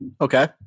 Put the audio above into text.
Okay